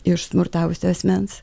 iš smurtavusio asmens